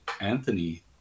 Anthony